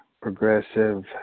progressive